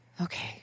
Okay